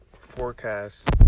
forecast